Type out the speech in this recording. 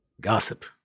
gossip